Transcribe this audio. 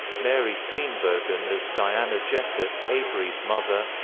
mary steenburgen as diana jessup, avery's mother